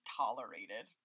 tolerated